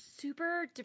super